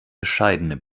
bescheidene